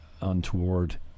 untoward